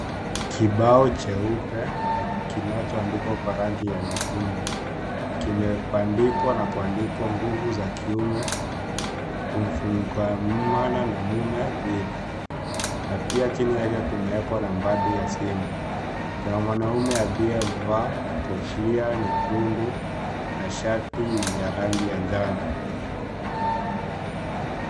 Kibao jeupe kinachoandikwa Kwa rangi ya nyekundu kimepandikwa na kuandikwa nguvu za kiume kufungamana na mume na pia chini yake kumeekwa nambari ya simu. Kuna mwanamme aliyevaa Kofia nyekundu na shatibya rangi ya njano.